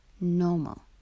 normal